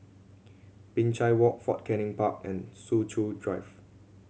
Binchang Walk Fort Canning Park and Soo Chow Drive